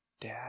Dad